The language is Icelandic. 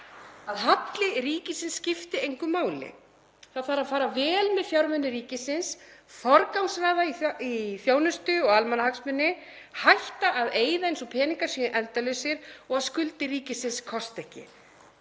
að halli ríkisins skipti engu máli. Það þarf að fara vel með fjármuni ríkisins, forgangsraða í þjónustu og almannahagsmuni, hætta að eyða eins og peningar séu endalausir og að skuldir ríkisins kosti ekki